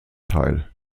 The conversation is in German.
teil